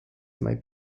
might